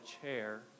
chair